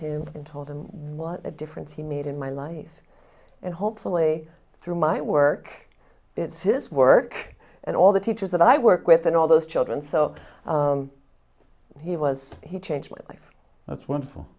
him and told him what a difference he made in my life and hopefully through my work it's his work and all the teachers that i work with and all those children so he was he changed with life that's wonderful